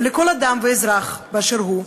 ולכל אדם ואזרח באשר הוא,